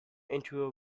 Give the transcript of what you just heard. into